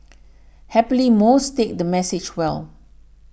happily most take the message well